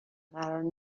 قرار